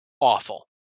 awful